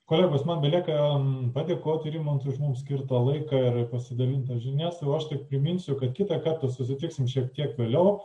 kolegos man belieka padėkoti rimantui už mums skirtą laiką ir pasidalintas žinias o aš tik priminsiu kad kitą kartą susitiksim šiek tiek vėliau